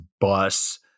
bus